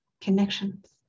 connections